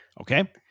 Okay